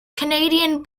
canadian